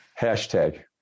hashtag